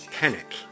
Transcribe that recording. panic